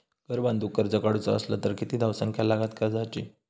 घर बांधूक कर्ज काढूचा असला तर किती धावसंख्या लागता कर्जाची?